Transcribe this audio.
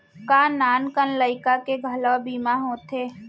का नान कन लइका के घलो बीमा होथे?